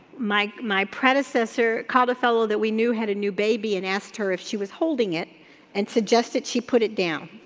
my my predecessor called a fellow that we knew had a new baby and asked her if she was holding it and suggested she put it down.